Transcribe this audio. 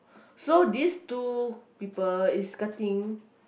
so these two people is cutting